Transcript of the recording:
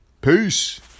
Peace